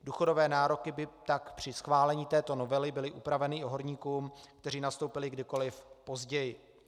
Důchodové nároky by tak při schválení této novely byly upraveny i horníkům, kteří nastoupili kdykoli později.